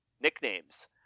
Nicknames